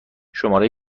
شماره